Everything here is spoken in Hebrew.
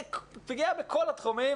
פגיעה בכל התחומים,